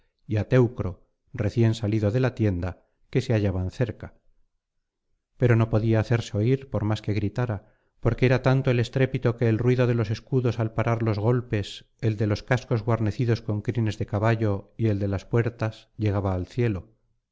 teucro recién salido de la tienda que se hallaban cerca pero no podía hacerse oir por más que gritara porque era tanto el estrépito que el ruido de los escudos al parar los golpes el de los cascos guarnecidos con crines de caballo y el de las puertas llegaba al cielo